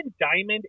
Diamond